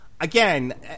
again